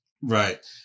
Right